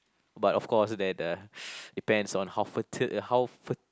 but of course that uh depends on how fertil~ uh how fer~